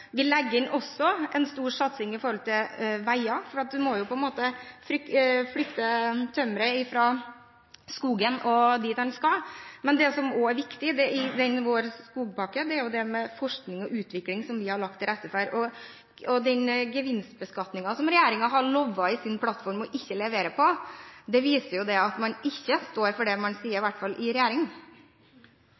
Vi legger også inn en stor satsing på veier, for man må jo flytte tømmeret fra skogen og dit det skal. Men det som også er viktig i vår skogpakke, er det som handler om forskning og utvikling, som vi har lagt til rette for. Gevinstbeskatningen, som regjeringen i sin plattform har lovet ikke å levere på, viser jo at man ikke står for det man sier – i hvert fall ikke i regjering.